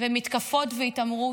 מתקפות והתעמרות,